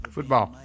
Football